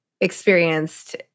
experienced